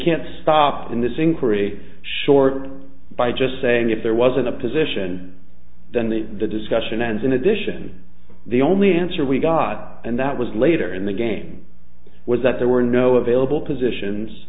can't stop in this inquiry short by just saying if there was a position then the the discussion ends in addition the only answer we got and that was later in the game was that there were no available positions